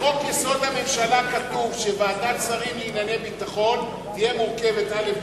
בחוק-יסוד: הממשלה כתוב שוועדת שרים לענייני ביטחון תהיה מורכבת א',